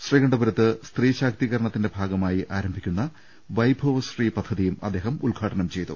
ശ്രീകണ്ഠപുരത്ത് സ്ത്രീ ശാക്തീകരണത്തിന്റെ ഭാഗമായി ആരംഭിക്കുന്ന വൈഭവശ്രീ പദ്ധതിയും അദ്ദേഹം ഉദ്ഘാടനം ചെയ്തു